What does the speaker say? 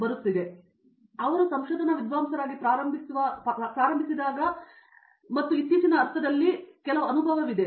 ಆದ್ದರಿಂದ ಅವರು ಸಂಶೋಧನಾ ವಿದ್ವಾಂಸರಾಗಿ ಪ್ರಾರಂಭಿಸಲು ಇದರ ಅರ್ಥದಲ್ಲಿ ಇತ್ತೀಚಿನ ಅನುಭವವಿದೆ